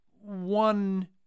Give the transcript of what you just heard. one